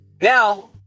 Now